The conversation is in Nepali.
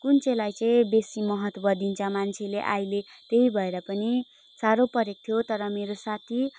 कुन चाहिँलाई चाहिँ बेसी महत्त्व दिन्छ मान्छेले अहिले त्यही भएर पनि साह्रो परेको थियो तर मेरो साथी